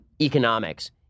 economics